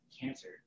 cancer